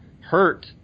hurt